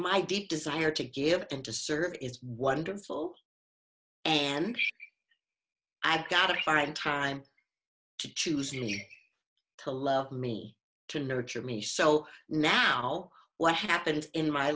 my deep desire to give in to serve is wonderful and i've got to find time to choosing to love me to nurture me so now what happened in my